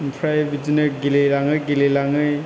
ओमफ्राय बिदिनो गेलेलाङै गेलेलाङै